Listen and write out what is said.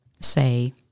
say